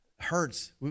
Hurts